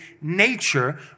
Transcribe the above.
nature